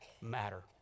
matter